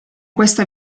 questa